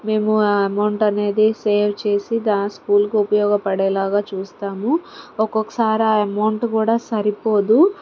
మేము ఆ అమౌంట్ అనేది సేవ్ చేసి దా ఆ స్కూల్కి ఉపయోగపడేలాగా చూస్తాము ఒక్కొక్కసారి ఆ అమౌంట్ కూడా సరిపోదు